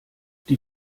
die